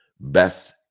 best